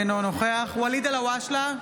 אינו נוכח ואליד אלהואשלה,